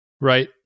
Right